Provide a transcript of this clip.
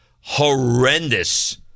horrendous